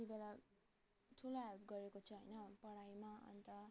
त्यति बेला ठुलो हेल्प गरेको छ होइन पढाइमा अन्त